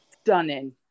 stunning